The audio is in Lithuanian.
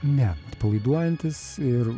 ne atpalaiduojantis ir